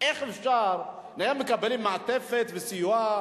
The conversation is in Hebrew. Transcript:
להערכה מקיפה של מצבו,